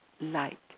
light